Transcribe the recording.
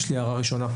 יש לי הערה ראשונה.